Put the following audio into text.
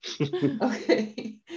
Okay